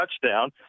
touchdown